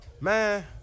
man